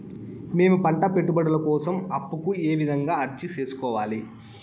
మేము పంట పెట్టుబడుల కోసం అప్పు కు ఏ విధంగా అర్జీ సేసుకోవాలి?